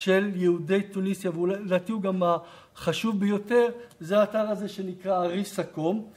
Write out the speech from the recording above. של יהודי טוניסיה, ואולי והתיעוד החשוב ביותר, זה האתר הזה שנקרא אריסה קום.